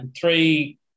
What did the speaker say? Three